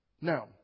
Now